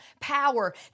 power